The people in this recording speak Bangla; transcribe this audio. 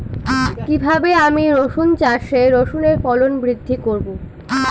কীভাবে আমি রসুন চাষে রসুনের ফলন বৃদ্ধি করব?